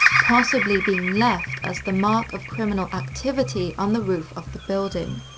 possibly being left as the mark of criminal activity on the roof of the building.